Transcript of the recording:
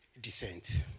descent